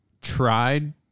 tried